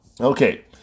Okay